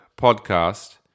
podcast